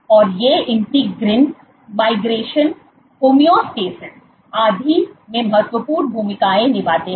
और ये integrin migration homeostasis आदि में महत्वपूर्ण भूमिकाएं निभाते हैं